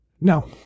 No